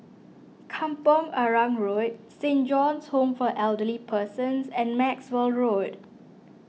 Kampong Arang Road Saint John's Home for Elderly Persons and Maxwell Road